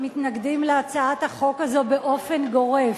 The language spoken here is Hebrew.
מתנגדים להצעת החוק הזו באופן גורף.